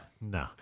No